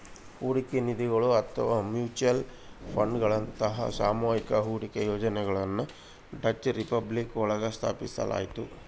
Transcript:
ಹೂಡಿಕೆ ನಿಧಿಗಳು ಅಥವಾ ಮ್ಯೂಚುಯಲ್ ಫಂಡ್ಗಳಂತಹ ಸಾಮೂಹಿಕ ಹೂಡಿಕೆ ಯೋಜನೆಗಳನ್ನ ಡಚ್ ರಿಪಬ್ಲಿಕ್ ಒಳಗ ಸ್ಥಾಪಿಸಲಾಯ್ತು